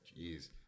Jeez